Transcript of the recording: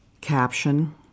Caption